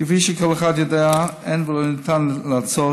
כפי שכל אחד יודע: אין ולא ניתן לעצור